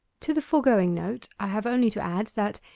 to the foregoing note i have only to add that,